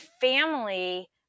family